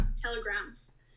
telegrams